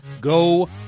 go